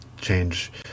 change